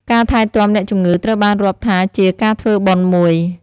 ការថែទាំអ្នកជម្ងឺត្រូវបានរាប់ថាជាការធ្វើបុណ្យមួយ។